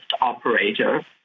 operator